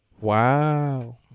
Wow